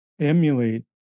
emulate